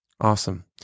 Awesome